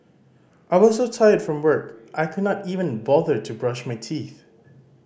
I was so tired from work I could not even bother to brush my teeth